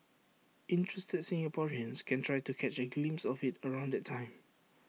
interested Singaporeans can try to catch A glimpse of IT around that time